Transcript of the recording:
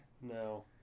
No